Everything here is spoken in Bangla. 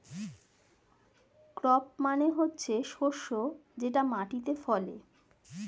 ক্রপ মানে হচ্ছে শস্য যেটা মাটিতে ফলে